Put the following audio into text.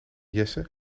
jesse